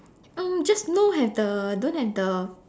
um just no have the don't have the